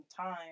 time